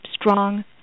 strong